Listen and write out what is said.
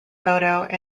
photo